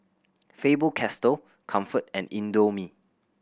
Faber Castell Comfort and Indomie